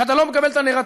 שאתה לא מקבל את הנרטיב,